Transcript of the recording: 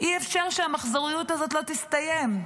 אי-אפשר שהמחזוריות הזאת לא תסתיים,